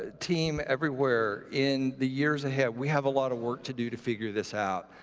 ah team, everywhere in the years ahead, we have a lot of work to do to figure this out.